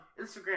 Instagram